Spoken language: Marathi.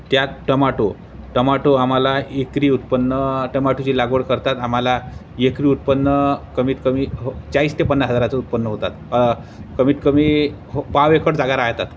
त्यात टमाटो टमाटो आम्हाला एकरी उत्पन्न टमाटोची लागवड करतात आम्हाला एकरी उत्पन्न कमीतकमी हो चाळीस ते पन्नास हजाराचं उत्पन्न होतात कमीतकमी हो पाव एकर जागा राहतात